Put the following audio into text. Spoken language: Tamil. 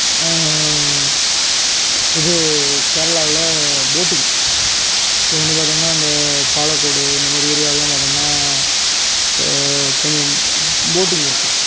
இது கேரளாவில் போட்டிங் இப்போ வந்து பார்த்தோம்ன்னா அந்த பாலக்கோடு இந்த மேரி ஏரியாவுலலாம் பார்த்தோம்ன்னா கொஞ்சம் போட்டிங் இருக்கும்